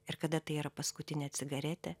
ir kada tai yra paskutinė cigaretė